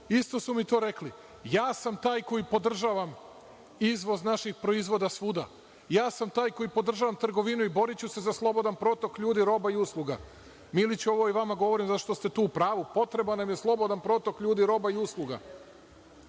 isto su mi to rekli. Ja sam taj koji podržavam izvoz naših proizvoda svuda, ja sam taj koji podržavam trgovinu i boriću se za slobodan protok ljudi, roba i usluga. Miliću ovo i vama govorimo, zato što ste tu upravu, potreban nam je slobodan protok ljudi, roba i usluga.